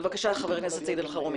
בבקשה, חבר הכנסת סעיד אלחרומי.